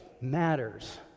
matters